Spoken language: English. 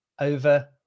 over